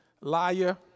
Liar